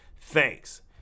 Thanks